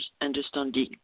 understanding